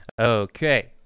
Okay